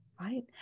Right